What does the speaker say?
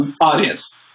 audience